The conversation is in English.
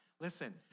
Listen